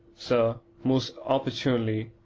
sir, most opportunely,